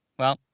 well,